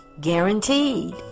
guaranteed